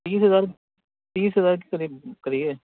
تیس ہزار تیس ہزار کے قریب کریے